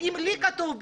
אם לי כתוב 'בבירור'